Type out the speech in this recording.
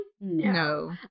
No